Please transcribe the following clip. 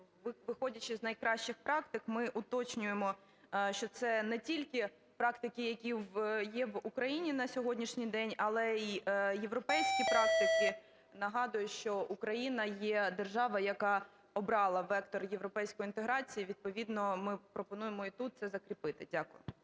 виходячи з найкращих практик. Ми уточнюємо, що це не тільки практики, які є в Україні на сьогоднішній день, але і європейські практики. Нагадаю, що Україна є держава, яка обрала вектор європейської інтеграції, відповідно ми пропонуємо і тут це закріпити. Дякую.